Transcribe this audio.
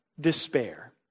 despair